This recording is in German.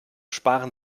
sparen